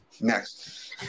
Next